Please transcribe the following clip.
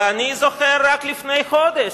ואני זוכר, רק לפני חודש,